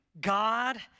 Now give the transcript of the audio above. God